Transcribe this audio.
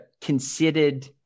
considered